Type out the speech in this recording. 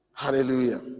Hallelujah